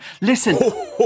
Listen